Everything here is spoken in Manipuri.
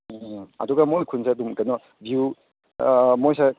ꯎꯝ ꯑꯗꯨꯒ ꯃꯣꯏ ꯈꯨꯟꯁꯦ ꯑꯗꯨꯝ ꯀꯩꯅꯣ ꯚꯤꯎ ꯃꯣꯏꯁꯦ